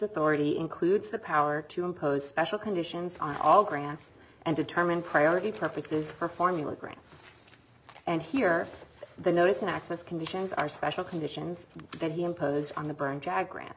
authority includes the power to impose special conditions on all grants and determine priority topics is for formula grant and here the notice in access conditions are special conditions that he imposed on the burn jag grant